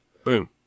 Boom